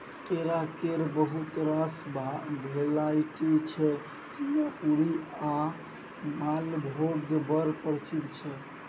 केरा केर बहुत रास भेराइटी छै सिंगापुरी आ मालभोग बड़ प्रसिद्ध छै